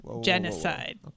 genocide